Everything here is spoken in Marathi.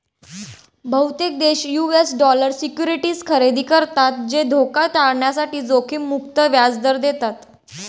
बहुतेक देश यू.एस डॉलर सिक्युरिटीज खरेदी करतात जे धोका टाळण्यासाठी जोखीम मुक्त व्याज दर देतात